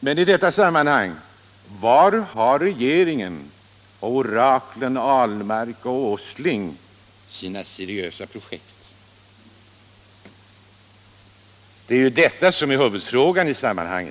Men var i detta sammanhang har oraklen Ahlmark och Åsling sina seriösa projekt? Det är detta som är huvudfrågan i detta sammanhang.